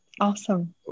Awesome